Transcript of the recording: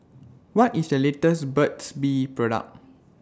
What IS The latest Burt's Bee Product